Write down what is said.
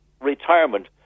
retirement